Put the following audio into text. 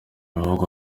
bihugu